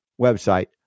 website